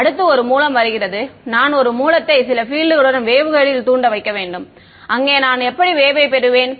அடுத்து ஒரு மூலம் வருகிறது நான் ஒரு மூலத்தை சில பீல்டுகளுடன் வேவ்கைடுயில் தூண்ட வைக்க வேண்டும் அங்கே நான் எப்படி வேவ் யை பெறுவேன்